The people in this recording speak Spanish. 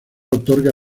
otorga